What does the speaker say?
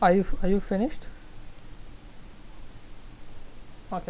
are you are you finished okay